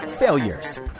failures